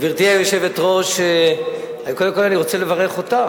גברתי היושבת-ראש, קודם כול אני רוצה לברך אותך.